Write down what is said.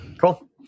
Cool